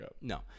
No